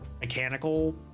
mechanical